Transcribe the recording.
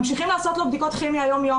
ממשיכים לעשות לו בדיקות כימיה יום-יום